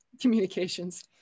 Communications